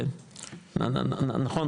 נכון,